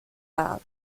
sein